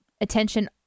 Attention